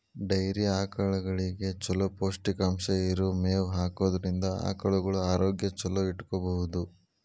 dairy ಆಕಳಗಳಿಗೆ ಚೊಲೋ ಪೌಷ್ಟಿಕಾಂಶ ಇರೋ ಮೇವ್ ಹಾಕೋದ್ರಿಂದ ಆಕಳುಗಳ ಆರೋಗ್ಯ ಚೊಲೋ ಇಟ್ಕೋಬಹುದು